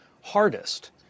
hardest